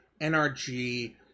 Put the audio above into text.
NRG